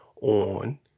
on